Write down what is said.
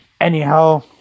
Anyhow